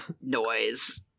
noise